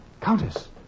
Countess